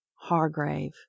Hargrave